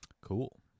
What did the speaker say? cool